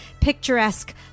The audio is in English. picturesque